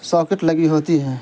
socket لگی ہوتی ہے